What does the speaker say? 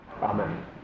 Amen